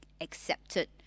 accepted